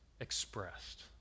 expressed